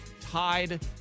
tied